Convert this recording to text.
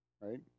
right